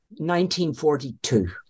1942